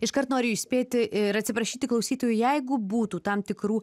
iškart noriu įspėti ir atsiprašyti klausytojų jeigu būtų tam tikrų